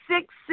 six